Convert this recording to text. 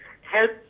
help